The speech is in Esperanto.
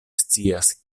scias